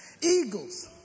eagles